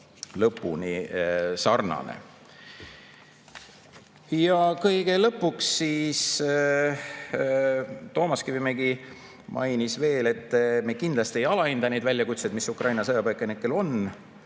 lõpuni [täpne]. Kõige lõpuks Toomas Kivimägi mainis veel, et me kindlasti ei alahinda neid väljakutseid, mis Ukraina sõjapõgenikel on.